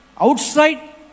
Outside